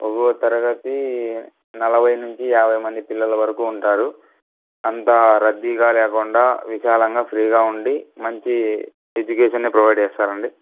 ఒక్కో తరగతి నలభై నుంచి యాభై మంది పిల్లల వరకు ఉంటారు అంతా రద్దీగా లేకుండా విశాలంగా ఫ్రీగా ఉండి మంచి ఎడ్యుకేషన్ని ప్రొవైడ్ చేస్తారండి